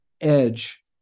edge